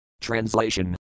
Translation